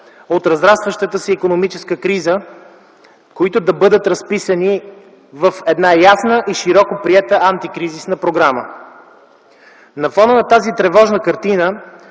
от разрастващата се икономическа криза, които да бъдат разписани в една ясна и широко приета антикризисна програма. На фона на тази тревожна картина